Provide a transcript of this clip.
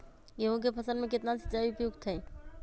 गेंहू के फसल में केतना सिंचाई उपयुक्त हाइ?